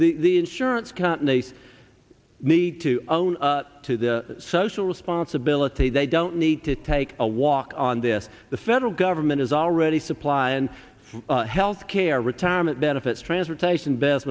the insurance companies need to own up to the social responsibility they don't need to take a walk on this the federal government is already supply and health care retirement benefits transportation best